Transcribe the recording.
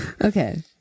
okay